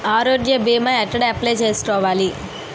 ఆరోగ్య భీమా ఎక్కడ అప్లయ్ చేసుకోవాలి?